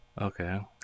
Okay